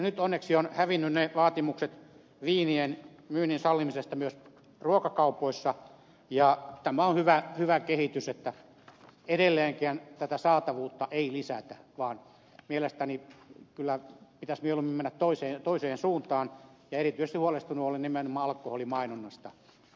nyt onneksi ovat hävinneet vaatimukset viinien myynnin sallimisesta myös ruokakaupoissa ja tämä on hyvä kehitys että edelleenkään tätä saatavuutta ei lisätä vaan mielestäni kyllä pitäisi mieluummin mennä toiseen suuntaan ja erityisen huolestunut olen nimenomaan alkoholin mainonnasta